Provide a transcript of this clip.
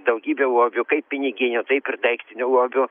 daugybė lobių kaip piniginių taip ir daiktinių lobių